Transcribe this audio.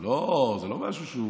זה לא משהו שהוא,